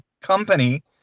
company